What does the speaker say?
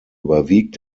überwiegt